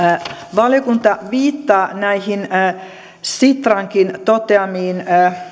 valiokunta viittaa näihin sitrankin toteamiin